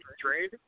trade